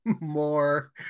More